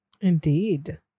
Indeed